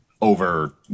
over